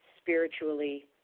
spiritually